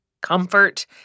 comfort